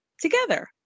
together